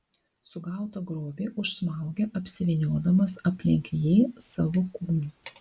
sugautą grobį užsmaugia apsivyniodamas aplink jį savo kūnu